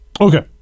Okay